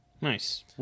Nice